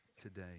today